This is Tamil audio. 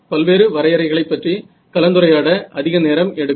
பல்வேறு வரையறைகளைப் பற்றி கலந்துரையாட அதிக நேரம் எடுக்கும்